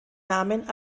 namen